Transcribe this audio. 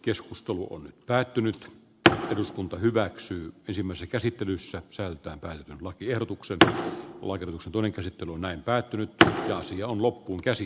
keskustelu on päättynyt mutta eduskunta hyväksyy kysymässä käsittelyssä saanut antaa lakiehdotukset vuoden alusta tulitaistelun näin päättynyttä ja asia on loppuun käsi